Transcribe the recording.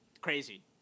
Crazy